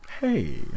Hey